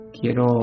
quiero